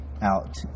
out